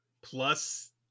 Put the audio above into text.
Plus